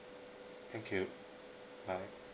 thank you bye